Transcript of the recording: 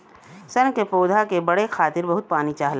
सन के पौधा के बढ़े खातिर बहुत पानी चाहला